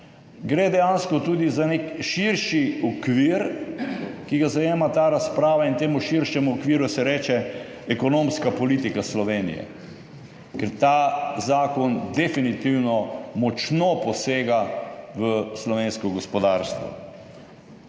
Gre dejansko tudi za nek širši okvir, ki ga zajema ta razprava, in temu širšemu okviru se reče ekonomska politika Slovenije, ker ta zakon definitivno močno posega v slovensko gospodarstvo.